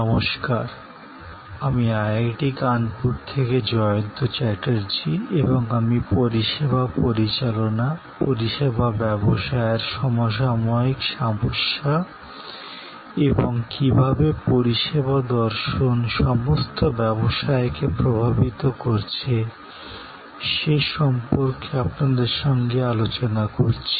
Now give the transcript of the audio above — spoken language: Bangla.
নমস্কার আমি আইআইটি কানপুর থেকে জয়ন্ত চ্যাটার্জী এবং আমি পরিষেবা পরিচালনা পরিষেবা ব্যবসায়ের সমসাময়িক সমস্যা এবং কীভাবে পরিষেবা দর্শন সমস্ত ব্যবসায়কে প্রভাবিত করছে সে সম্পর্কে আপনাদের সাথে আলোচনা করছি